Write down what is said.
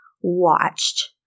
watched